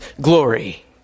glory